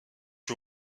lui